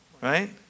right